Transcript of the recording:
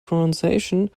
pronunciation